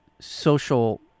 social